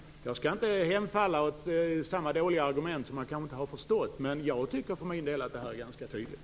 Jag skall inte hemfalla åt samma dåliga argument, att man kanske inte har förstått, men jag tycker för min del att det här är ganska tydligt.